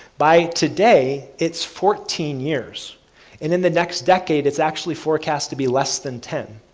by today, it's fourteen years, and in the next decade, it's actually forecast to be less than ten.